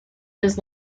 has